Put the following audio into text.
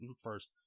first